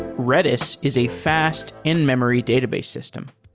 redis is a fast in-memory database system.